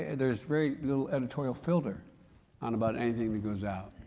and there's very little editorial filter on about anything that goes out.